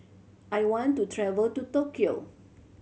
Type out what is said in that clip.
I want to travel to Tokyo